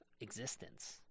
existence